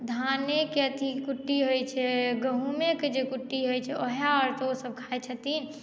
धानेके कुट्टी अथी होइ छै गहूँमेके जे कुट्टी होइ छै वएह आर तऽ ओ सभ खाइ छथिन